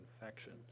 infection